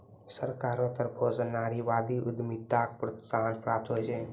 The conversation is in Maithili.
सरकारो तरफो स नारीवादी उद्यमिताक प्रोत्साहन प्राप्त होय छै